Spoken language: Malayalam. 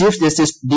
chief justice D